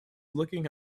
looking